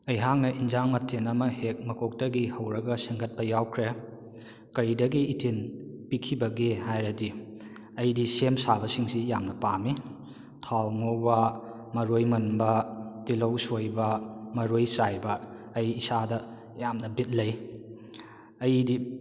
ꯑꯩꯍꯥꯛꯅ ꯌꯦꯟꯁꯥꯡ ꯃꯊꯦꯟ ꯑꯃ ꯍꯦꯛ ꯃꯀꯣꯛꯇꯒꯤ ꯍꯧꯔꯒ ꯁꯦꯝꯒꯠꯄ ꯌꯥꯎꯈ꯭ꯔꯦ ꯀꯔꯤꯗꯒꯤ ꯏꯊꯤꯟ ꯄꯤꯈꯤꯕꯒꯦ ꯍꯥꯏꯔꯕꯗꯤ ꯑꯩꯗꯤ ꯁꯦꯝꯕ ꯁꯥꯕꯁꯤꯡꯁꯤ ꯌꯥꯝꯅ ꯄꯥꯝꯃꯤ ꯊꯥꯎ ꯉꯧꯕ ꯃꯔꯣꯏ ꯃꯟꯕ ꯇꯤꯜꯍꯧ ꯁꯣꯏꯕ ꯃꯔꯣꯏ ꯆꯥꯏꯕ ꯑꯩ ꯏꯁꯥꯗ ꯌꯥꯝꯅ ꯕꯤꯠ ꯂꯩ ꯑꯩꯗꯤ